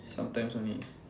sometimes only